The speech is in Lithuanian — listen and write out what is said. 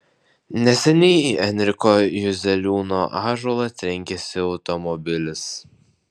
neseniai į enriko juzeliūno ąžuolą trenkėsi automobilis